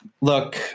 look